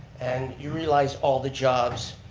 and you realize all the jobs